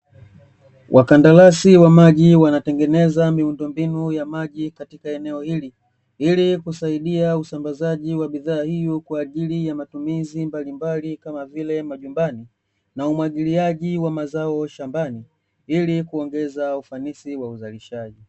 Wakandarasi wa maji wanatengeneza miundombinu ya maji katika eneo hili, ili kusaidia usambazaji wa bidhaa hiyo kwa ajili ya matumizi mbalimbali, kama vile majumbani na umwagiliaji wa mazao shambani ili kuongeza ufanisi wa uzalishaji.